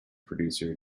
producer